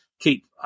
keep